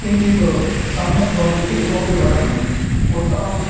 किञ्चित् सम्यक् भवति चेत् इतोपि वरं उत्तमं